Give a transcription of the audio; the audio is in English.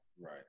right